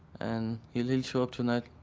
and he'll show up tonight.